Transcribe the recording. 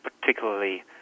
particularly